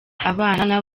abana